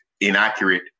inaccurate